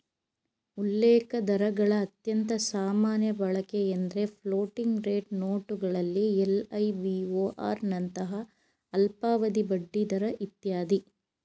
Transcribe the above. ಉಲ್ಲೇಖದರಗಳ ಅತ್ಯಂತ ಸಾಮಾನ್ಯ ಬಳಕೆಎಂದ್ರೆ ಫ್ಲೋಟಿಂಗ್ ರೇಟ್ ನೋಟುಗಳಲ್ಲಿ ಎಲ್.ಐ.ಬಿ.ಓ.ಆರ್ ನಂತಹ ಅಲ್ಪಾವಧಿ ಬಡ್ಡಿದರ ಇತ್ಯಾದಿ